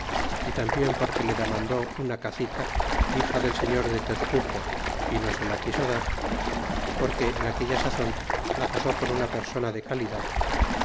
y tambien porque le demandó una cacica hija del señor de tezcuco y no se la quiso dar porque en aquella sazon la casó con una persona de calidad